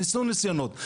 ניסו ניסיונות,